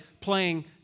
playing